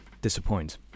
Disappoint